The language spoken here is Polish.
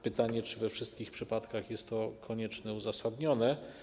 Pytanie: Czy we wszystkich przypadkach jest to konieczne, uzasadnione?